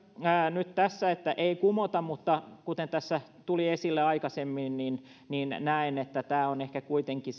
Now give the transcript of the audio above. nyt tässä ei kumota mutta kuten tässä tuli esille aikaisemmin näen että tämä on ehkä kuitenkin